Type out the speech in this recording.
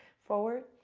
forward,